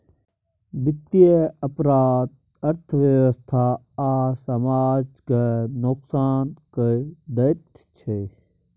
बित्तीय अपराध अर्थव्यवस्था आ समाज केँ नोकसान कए दैत छै